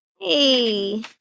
Hey